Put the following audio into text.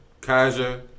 Kaiser